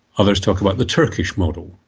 others talk about the turkish model.